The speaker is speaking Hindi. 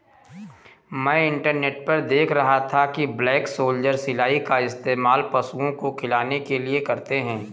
मैं इंटरनेट पर देख रहा था कि ब्लैक सोल्जर सिलाई का इस्तेमाल पशुओं को खिलाने के लिए करते हैं